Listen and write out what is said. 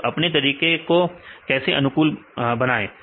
तो अपने तरीके को कैसे अनुकूल बनाया